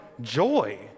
joy